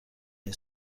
این